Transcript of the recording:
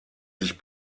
sich